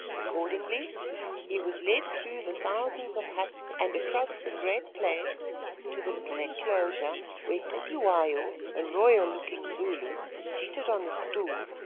accordingly he was led through the thousands of huts and across the great place to the little enclosure where cetywayo, a royal-looking zulu seated on a stool,